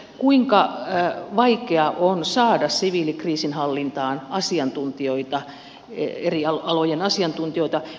kuinka vaikeaa on saada siviilikriisinhallintaan eri alojen asiantuntijoita